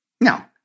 Now